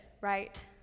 right